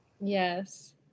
Yes